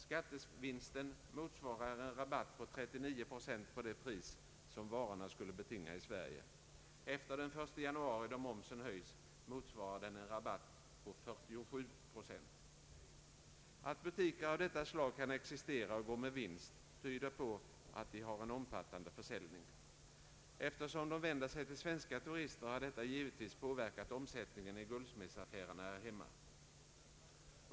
Skattevinsten motsvarar en rabatt av 39 procent på det pris som varorna skulle be tinga i Sverige. Efter den 1 januari, då momsen höjs, motsvarar den en rabatt på 47 procent. Att butiker av detta slag kan existera och gå med vinst tyder på att de har en omfattande försäljning. Eftersom de vänder sig till svenska turister har detta givetvis påverkat omsättningen i guldsmedsaffärerna här hemma.